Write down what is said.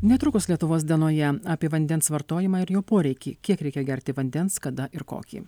netrukus lietuvos dienoje apie vandens vartojimą ir jo poreikį kiek reikia gerti vandens kada ir kokį